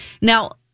Now